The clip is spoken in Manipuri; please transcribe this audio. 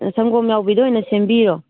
ꯁꯪꯒꯣꯝ ꯌꯥꯎꯕꯤꯗ ꯑꯣꯏꯅ ꯁꯦꯝꯕꯤꯔꯣ